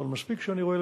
אבל מספיק שאני רואה,